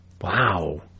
Wow